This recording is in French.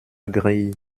grille